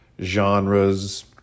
genres